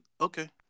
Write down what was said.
okay